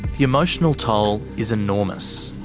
the emotional toll is enormous.